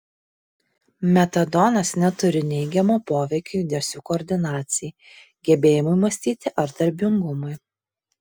metadonas neturi neigiamo poveikio judesių koordinacijai gebėjimui mąstyti ar darbingumui